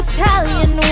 Italian